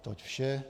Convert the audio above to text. Toť vše.